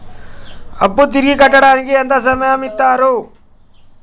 అప్పు తిరిగి కట్టడానికి ఎంత సమయం ఇత్తరు?